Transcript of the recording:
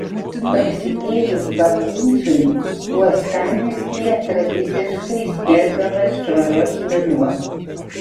prasidėjus balandžiui uostamiestyje tradiciškai skelbiamas švaros mėnuo